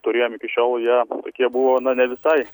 turėjom iki šiol jie tokie buvo ne visai